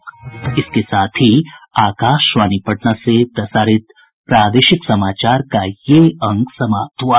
इसके साथ ही आकाशवाणी पटना से प्रसारित प्रादेशिक समाचार का ये अंक समाप्त हुआ